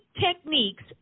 techniques